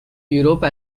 europe